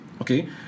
okay